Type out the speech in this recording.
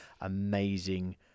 amazing